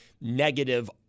negative